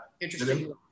interesting